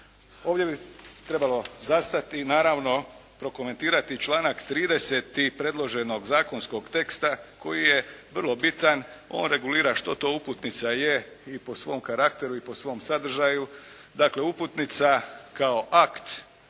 Ovdje bi trebalo zastati, naravno prokomentirati članak 30. predloženog zakonskog teksta koji je vrlo bitan, on regulira što to uputnica je i po svom karakteru i po svom sadržaju. Dakle, uputnica kao akt